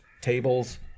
tables